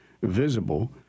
visible